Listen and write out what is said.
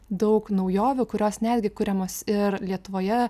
daug naujovių kurios netgi kuriamos ir lietuvoje